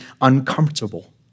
uncomfortable